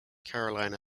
carolina